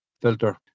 filter